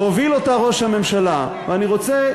והוביל אותה ראש הממשלה, ואני רוצה